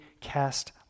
cast